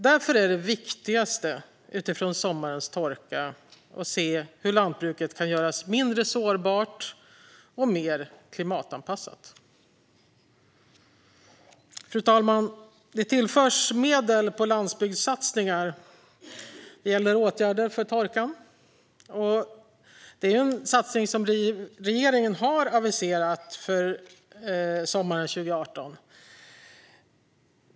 Därför är det viktigaste att utifrån sommarens torka se hur lantbruket kan göras mindre sårbart och mer klimatanpassat. Fru talman! Det tillförs medel till landsbygdssatsningar. Det gäller åtgärder med anledning av torkan. Det är en satsning som regeringen har aviserat för sommaren 2018.